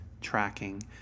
tracking